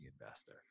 investor